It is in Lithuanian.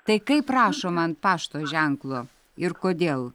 tai kaip rašoma ant pašto ženklo ir kodėl